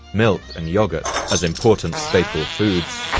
milk, and yogurt as important staple foods.